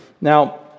Now